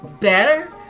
better